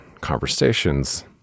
conversations